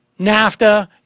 NAFTA